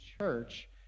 church